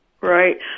Right